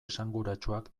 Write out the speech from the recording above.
esanguratsuak